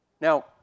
Now